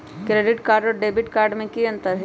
Credit card और debit card में की अंतर हई?